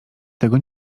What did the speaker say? tego